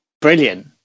brilliant